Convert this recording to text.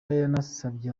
yanasabye